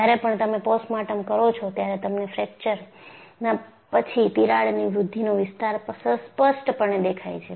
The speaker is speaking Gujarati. જ્યારે પણ તમે પોસ્ટમોર્ટમ કરો છો ત્યારે તમને ફ્રેક્ચરના પછી તિરાડની વૃદ્ધિનો વિસ્તાર સ્પષ્ટપણે દેખાય છે